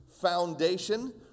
foundation